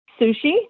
Sushi